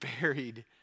buried